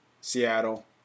Seattle